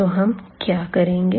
तो हम क्या करेंगे